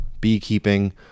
beekeeping